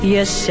Yes